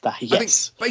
Yes